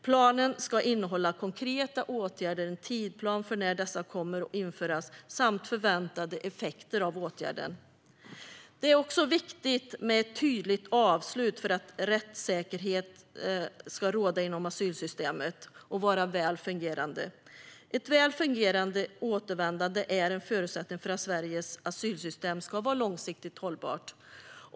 Planen ska innehålla konkreta åtgärder, en tidsplan för när dessa kommer att införas och förväntade effekter av åtgärderna. Det är också viktigt med ett tydligt avslut för att rättssäkerhet ska råda inom asylsystemet. Ett väl fungerande återvändande är en förutsättning för att Sveriges asylsystem ska vara långsiktigt hållbart.